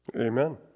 Amen